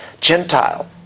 Gentile